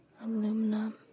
aluminum